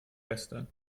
gestern